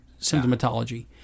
symptomatology